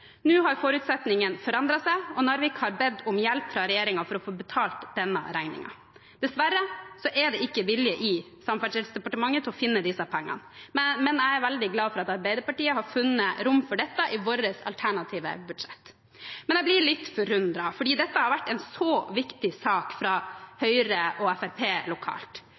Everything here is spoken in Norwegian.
Nå har forutsetningene forandret seg, og Narvik har bedt om hjelp fra regjeringen for å få betalt denne regningen. Dessverre er det ikke vilje i Samferdselsdepartementet til å finne disse pengene. Men jeg er veldig glad for at Arbeiderpartiet har funnet rom for dette i vårt alternative budsjett. Jeg blir litt forundret, for dette har vært en så viktig sak for Høyre og Fremskrittspartiet lokalt.